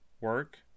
work